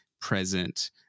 present